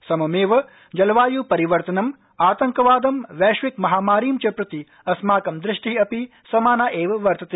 सममेव जलवायू परिवर्तनम् आतंकवादं वैश्विक महामारीं च प्रति अस्माकं दृष्टिः अपि समाना एव वर्तत